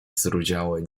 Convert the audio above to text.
zrudziałej